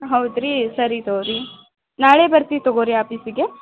ಹೌದು ರೀ ಸರಿ ತಗೋರಿ ನಾಳೆ ಬರ್ತಿ ತಗೋರಿ ಆಫೀಸಿಗೆ